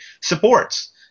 supports